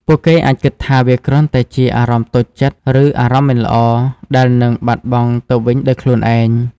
ពួកគេអាចគិតថាវាគ្រាន់តែជា "អារម្មណ៍តូចចិត្ត" ឬ "អារម្មណ៍មិនល្អ" ដែលនឹងបាត់ទៅវិញដោយខ្លួនឯង។